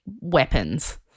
weapons